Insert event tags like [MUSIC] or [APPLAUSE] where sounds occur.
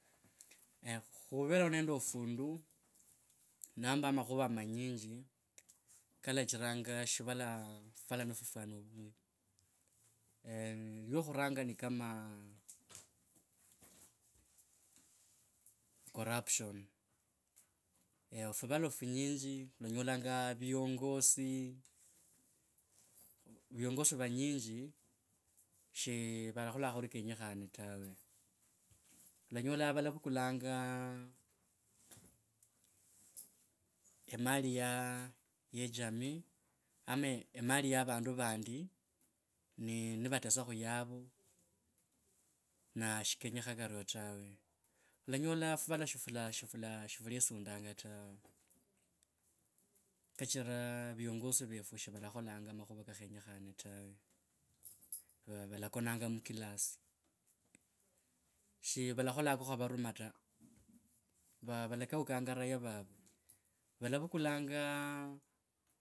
[HESITATION] khuvereo nende ofundu nomba amakhuva manyinji kalachiranga shivala fuvala ni fufwana vuvi. [HESITATION] yokkhuranga ni kama corruption. [HESITATION] fuvala funyinji fulanyolanga viongozi viongozi vanyinji she valakhola khuli kenyekhane tawe. Olanyola valavukulanga e mali ya ye jamii ama e mali ya vandu vandi ni, nivetsa khu yavo na shikenyekha kario tawe. Olanyola fuvala [HESITATION] shi fulesundanga tawe. Kachira viongozi vefushivalakholanga makhuva shikenyekhane tawe, valakaukanga muclassi. Shivalakhola ka khwavaruma ta va valakaukanga raia vavo vala vukulanga